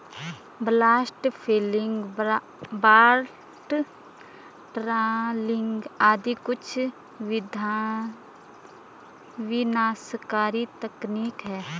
blast fishing, bottom trawling आदि कुछ विनाशकारी तकनीक है